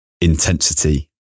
intensity